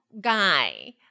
guy